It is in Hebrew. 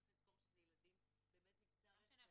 צריך לזכור שאלה ילדים באמת מקצה הרצף --- לא משנה,